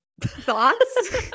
Thoughts